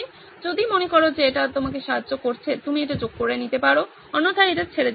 যদি মনে করো যে এটি তোমাকে সাহায্য করছে তুমি এটি যোগ করতে পারো অন্যথায় এটি ছেড়ে দিতে পারো